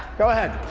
go ahead